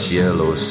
yellow